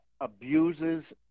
abuses